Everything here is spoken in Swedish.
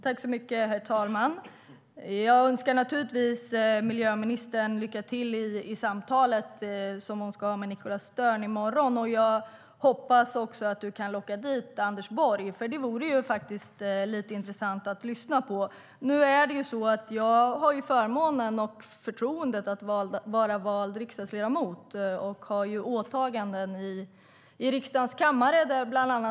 Herr talman! Jag önskar naturligtvis miljöministern lycka till i de samtal som hon ska ha med Nicholas Stern i morgon. Jag hoppas att ministern kan locka dit Anders Borg. Det vore lite intressant. Jag har förmånen och förtroendet att vara vald riksdagsledamot och har åtaganden i riksdagen.